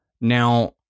Now